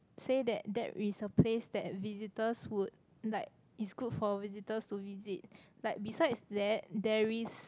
say that that is a place that visitors would like it's good for visitors to visit like besides that there is